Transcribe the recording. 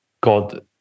God